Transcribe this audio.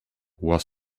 was